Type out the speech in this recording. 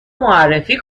معرفی